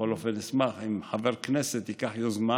בכל אופן, אשמח, אם חבר הכנסת ייקח יוזמה